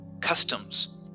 customs